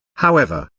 however,